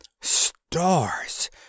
Stars